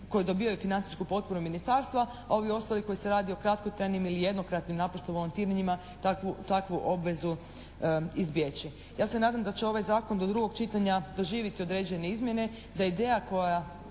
koji dobivaju financijsku potporu ministarstva ovi ostali koji se radi o kratkotrajnim ili jednokratnim …/Govornik se ne razumije./… volontiranjima takvu obvezu izbjeći. Ja se nadam da će ovaj Zakon do drugog čitanja doživjeti određene izmjene da ideja koja